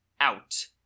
out